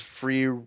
free